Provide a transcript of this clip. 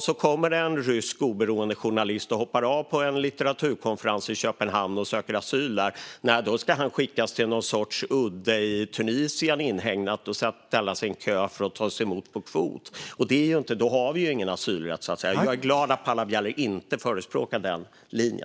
Ska en rysk oberoende journalist som hoppar av på en litteraturkonferens i Köpenhamn och söker asyl där skickas till en inhägnad udde i Tunisien och ställa sig i kö för att tas emot på kvot? Då har vi ju ingen asylrätt. Jag är glad att Paula Bieler inte förespråkar denna linje.